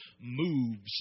moves